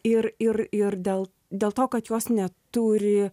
ir ir ir dėl dėl to kad jos neturi